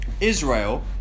Israel